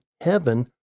heaven